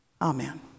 Amen